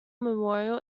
memorial